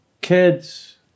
kids